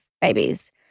babies